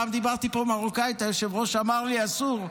פעם דיברתי פה מרוקאית, היושב-ראש אמר לי שאסור.